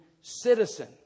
citizen